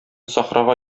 сахрага